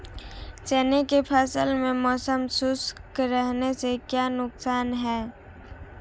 चने की फसल में मौसम शुष्क रहने से क्या नुकसान है?